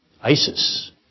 ISIS